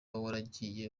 waragiye